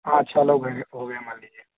हाँ छः लोग हो गए हो गए मान लीजिए